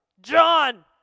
John